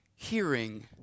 Hearing